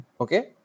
okay